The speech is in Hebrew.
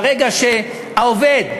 ברגע שהעובד,